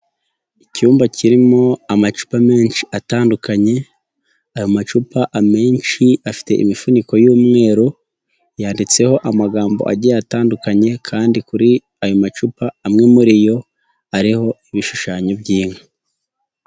Icyumba kirimo amacupa menshi atandukanye; aya macupa amenshi afite imifuniko y'umweru yanditseho amagambo agiye atandukanye; kandi kuri ayo macupa amwe muri yo ariho ibishushanyo by'inka.